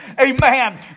Amen